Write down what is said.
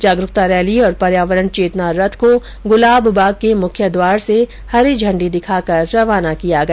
जागरूकता रैली और पर्यावरण चेतना रथ को गुलाब बाग के मुख्य द्वार से हरी झंडी दिखाकर रवाना किया गया